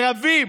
רבים: